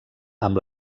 amb